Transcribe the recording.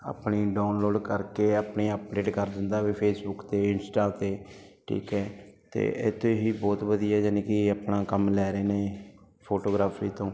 ਆਪਣੀ ਡਾਊਨਲੋਡ ਕਰਕੇ ਆਪਣੀ ਅਪਡੇਟ ਕਰ ਦਿੰਦਾ ਵੀ ਫੇਸਬੁੱਕ ਅਤੇ ਇੰਸਟਾ 'ਤੇ ਠੀਕ ਹੈ ਅਤੇ ਇੱਥੇ ਹੀ ਬਹੁਤ ਵਧੀਆ ਯਾਨੀ ਕਿ ਆਪਣਾ ਕੰਮ ਲੈ ਰਹੇ ਨੇ ਫੋਟੋਗ੍ਰਾਫੀ ਤੋਂ